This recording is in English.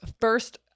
first